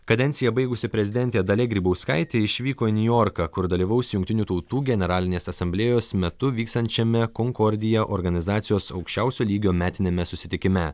kadenciją baigusi prezidentė dalia grybauskaitė išvyko į niujorką kur dalyvaus jungtinių tautų generalinės asamblėjos metu vykstančiame konkordija organizacijos aukščiausio lygio metiniame susitikime